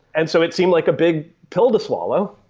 and so it seemed like a big pill to swallow,